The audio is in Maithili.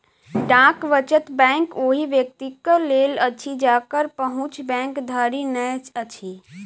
डाक वचत बैंक ओहि व्यक्तिक लेल अछि जकर पहुँच बैंक धरि नै अछि